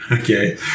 okay